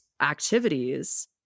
activities